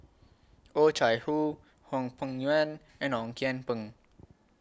Oh Chai Hoo Hwang Peng Yuan and Ong Kian Peng